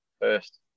first